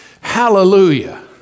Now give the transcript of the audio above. Hallelujah